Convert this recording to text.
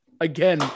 again